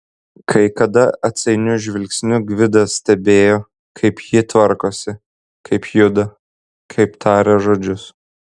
kai kada atsainiu žvilgsniu gvidas stebėjo kaip ji tvarkosi kaip juda kaip taria žodžius